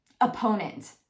opponent